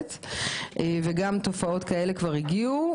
וגם תופעות כאלה כבר הגיעו.